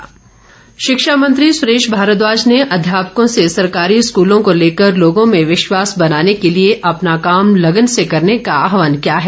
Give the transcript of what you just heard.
सुरेश भारद्वाज शिक्षा मंत्री सुरेश भारद्वाज ने अध्यापकों से सरकारी स्कूलों को लेकर लोगों में विश्वास बनाने के लिए अपना काम लगन से करने का आहवान किया है